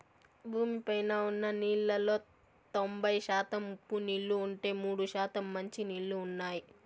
భూమి పైన ఉన్న నీళ్ళలో తొంబై శాతం ఉప్పు నీళ్ళు ఉంటే, మూడు శాతం మంచి నీళ్ళు ఉన్నాయి